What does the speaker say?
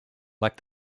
like